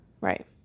Right